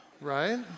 right